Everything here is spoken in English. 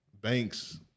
Banks